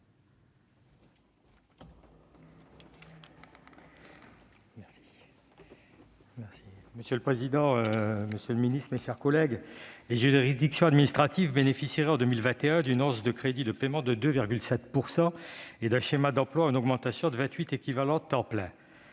avis. Monsieur le président, monsieur le ministre, mes chers collègues, les juridictions administratives bénéficieraient, en 2021, d'une hausse de crédits de paiement de 2,7 % et d'un schéma d'emploi en augmentation de 28 équivalents temps plein